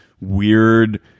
weird